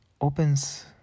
opens